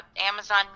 Amazon